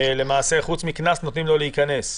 למעשה פרט לקנס נותנים לו להיכנס.